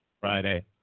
friday